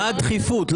מה הדחיפות?